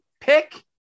pick